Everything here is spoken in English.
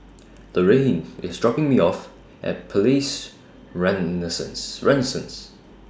Loraine IS dropping Me off At Palais Renaissance